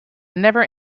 never